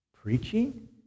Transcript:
Preaching